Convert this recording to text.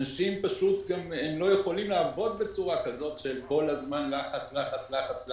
אנשים לא יכולים לעבוד בצורה כזאת שהם כל הזמן תחת לחץ-לחץ-לחץ.